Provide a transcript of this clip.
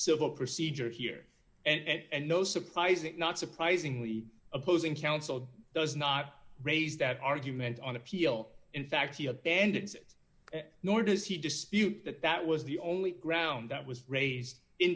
civil procedure here and no surprise that not surprisingly opposing counsel does not raise that argument on appeal in fact he abandons it nor does he dispute that that was the only ground that was raised in